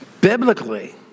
Biblically